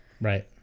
Right